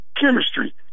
Chemistry